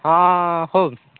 ହଁ ହଉ